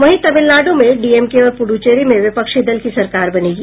वहीं तमिलनाड् में डीएमके और पुद्दचेरी में विपक्षी दल की सरकार बनेगी